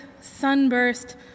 sunburst